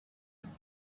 and